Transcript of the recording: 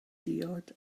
diod